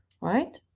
right